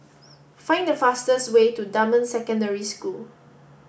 find the fastest way to Dunman Secondary School